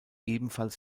ebenfalls